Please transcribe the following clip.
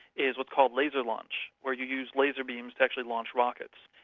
is but called laser launch, where you use laser beams to actually launch rockets.